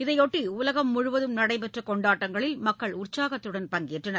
இதைபொட்டி உலகம் முழுவதம் நடைபெற்ற கொண்டாட்டங்களில் மக்கள் உற்சாகத்துடன் பங்கேற்றனர்